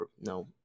no